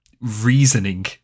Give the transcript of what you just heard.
reasoning